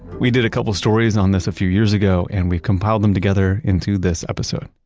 we did a couple of stories on this a few years ago and we've compiled them together into this episode.